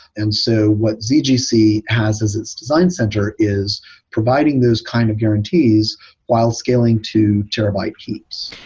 and so what zgc has as its design center is providing those kind of guarantees while scaling to terabyte heaps.